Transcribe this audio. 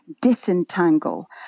disentangle